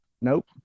Nope